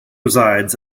resides